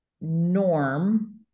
norm